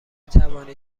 توانی